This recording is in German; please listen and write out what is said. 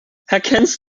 erkennst